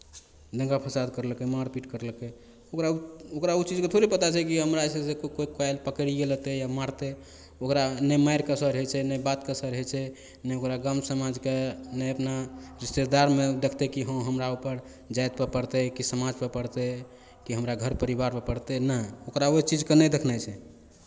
दङ्गा फसाद करलकै मारपीट करलकै ओकरा ओ ओकरा ओ चीजके थोड़े पता छै कि हमरा जे छै से कोइ काल्हि पकड़िए लेतै या मारतै ओकरा नहि मारिके असर होइ छै नहि बातके असर होइ छै नहि ओकरा गाम समाजके नहि अपना रिश्तेदारमे देखतै कि हँ हमरा ऊपर जातिपर पड़तै कि समाजपर पड़तै कि हमरा घर परिवारपर पड़तै नहि ओकरा ओहि चीजकेँ नहि देखनाइ छै